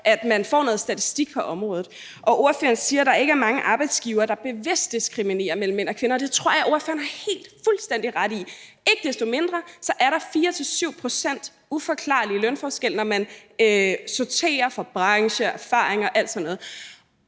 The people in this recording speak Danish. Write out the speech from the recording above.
at man får noget statistik på området. Ordføreren siger, at der ikke er mange arbejdsgivere, der bevidst diskriminerer mellem mænd og kvinder, og det tror jeg ordføreren har helt fuldstændig ret i. Ikke desto mindre er der en uforklarlig lønforskel på 4-7 pct., når man sorterer for branche, erfaring og alt sådan noget,